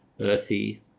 earthy